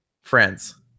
Friends